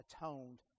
atoned